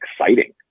exciting